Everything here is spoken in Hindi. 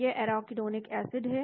तो यह एराकीडोनिक एसिड है